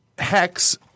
Hex